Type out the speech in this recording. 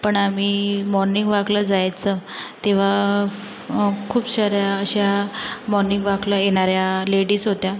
पण आम्ही मॉर्निंग वॉकला जायचो तेव्हा खूप साऱ्या अशा मॉर्निंग वॉकला येणाऱ्या लेडीज होत्या